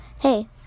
Hey